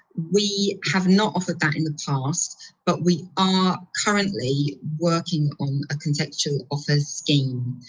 we have not offered that in the past, but we are currently working on a contextual offers scheme.